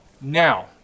now